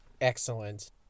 Excellent